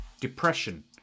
Depression